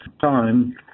time